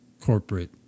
corporate